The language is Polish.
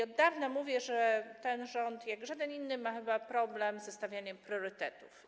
Od dawna mówię, że ten rząd jak żaden inny ma chyba problem ze stawianiem, wyborem priorytetów.